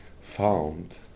found